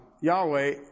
Yahweh